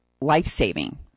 life-saving